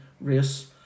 race